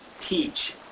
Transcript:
teach